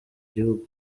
gihugu